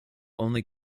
only